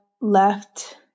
left